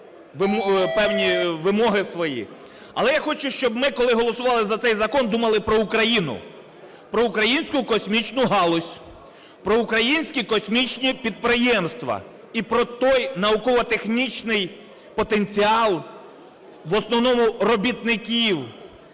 певні вимоги свої. Але я хочу, щоб ми, коли голосували за цей закон, думали про Україну, про українську космічну галузь, про українські космічні підприємства і про той науково-технічний потенціал, в основному робітників,